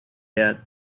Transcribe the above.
yet